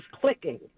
clicking